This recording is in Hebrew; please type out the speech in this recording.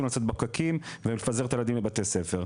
לצאת בפקקים ורוצים ולפזר את הילדים לבתי הספר.